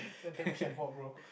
don't tell me chef bob bro